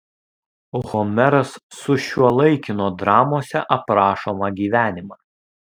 homeras sušiuolaikino dramose aprašomą gyvenimą